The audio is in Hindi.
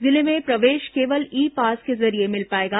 जिले में प्रवेश केवल ई पास के जरिये मिल पाएगा